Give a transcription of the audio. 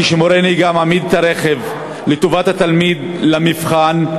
כשמורה נהיגה מעמיד את הרכב לטובת התלמיד למבחן,